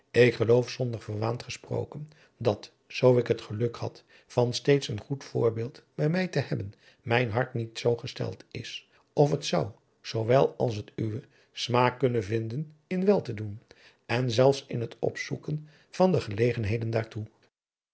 ik geloof zonder verwaandheid gesproken dat zoo ik het geluk had van steeds een goed voorbeeld bij mij te hebben mijn hart niet zoo gesteld is of het zou zoo wel als het uwe smaak kunnen vinden in wel te doen en zelfs in het opzoeken van de gelegenheden daartoe